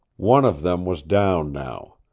one of them was down now.